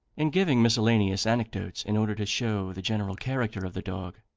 in giving miscellaneous anecdotes in order to show the general character of the dog,